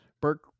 Burke